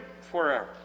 forever